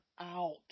out